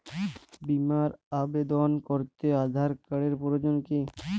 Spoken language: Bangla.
বিমার আবেদন করতে আধার কার্ডের প্রয়োজন কি?